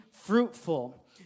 fruitful